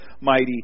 mighty